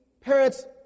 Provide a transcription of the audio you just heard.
parents